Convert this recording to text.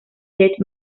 death